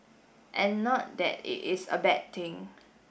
and not that it is a bad thing